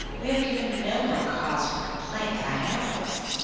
we have given no one cause for complaint that i know of.